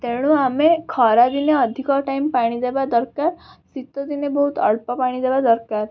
ତେଣୁ ଆମେ ଖରାଦିନେ ଅଧିକ ଟାଇମ୍ ପାଣିଦେବା ଦରକାର ଶୀତଦିନେ ବହୁତ ଅଳ୍ପ ପାଣିଦେବା ଦରକାର